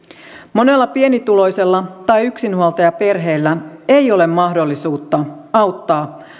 monella pienituloisella tai yksinhuoltajaperheellä ei ole mahdollisuutta auttaa